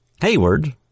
Hayward